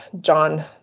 John